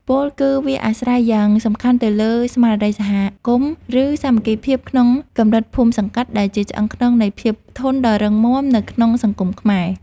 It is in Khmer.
ពោលគឺវាអាស្រ័យយ៉ាងសំខាន់ទៅលើ ស្មារតីសហគមន៍ ឬសាមគ្គីភាពក្នុងកម្រិតភូមិសង្កាត់ ដែលជាឆ្អឹងខ្នងនៃភាពធន់ដ៏រឹងមាំនៅក្នុងសង្គមខ្មែរ។